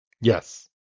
Yes